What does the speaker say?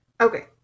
Okay